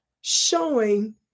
showing